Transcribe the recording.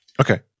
Okay